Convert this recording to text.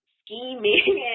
scheming